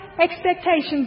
expectations